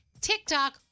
TikTok